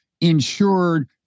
insured